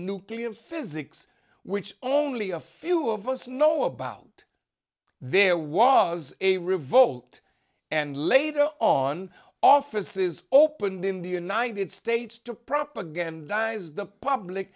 nuclear physics which only a few of us know about there was a revolt and later on offices opened in the united states to propagandize the public